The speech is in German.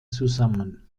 zusammen